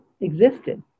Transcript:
existed